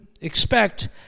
expect